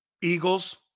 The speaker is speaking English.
Eagles